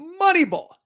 Moneyball